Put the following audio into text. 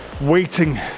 waiting